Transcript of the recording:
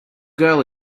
girl